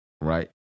right